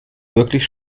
wirklich